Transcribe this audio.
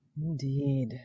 Indeed